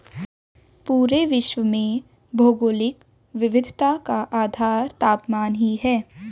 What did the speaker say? पूरे विश्व में भौगोलिक विविधता का आधार तापमान ही है